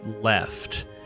left